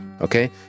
okay